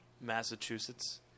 massachusetts